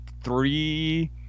three